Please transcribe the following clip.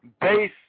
base